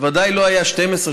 בוודאי לא היו 12,